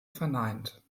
verneint